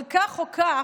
אבל כך או כך,